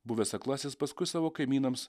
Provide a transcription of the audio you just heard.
buvęs aklasis paskui savo kaimynams